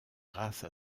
grâce